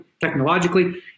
technologically